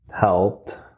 helped